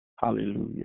hallelujah